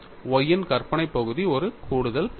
Y இன் கற்பனை பகுதி ஒரு கூடுதல் பகுதி